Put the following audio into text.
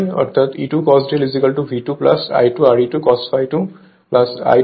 অর্থাৎ E2 cos ∂ V2 I2 Re2 cos ∅2 I2 XE2 sin ∅2